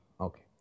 Okay